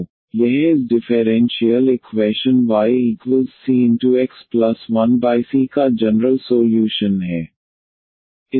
तो यह इस डिफेरेंशीयल इक्वैशन ycx1c का जनरल सोल्यूशन है